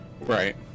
Right